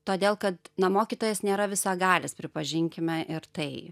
todėl kad na mokytojas nėra visagalis pripažinkime ir tai